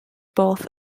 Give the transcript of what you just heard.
both